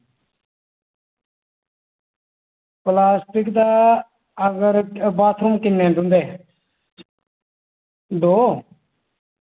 plastic दा bathroom किन्ने न तुं'दे दो